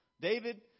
David